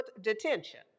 detention